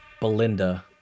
Belinda